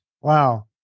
Wow